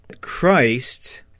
Christ